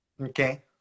Okay